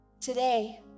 Today